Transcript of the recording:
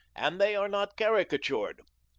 and they are not caricatured.